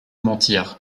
mentir